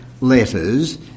letters